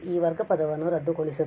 ಈ ವರ್ಗ ಪದವನ್ನು ರದ್ದುಗೊಳಿಸುತ್ತದೆ